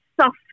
soft